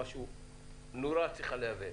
כבר הנורה צריכה להבהב.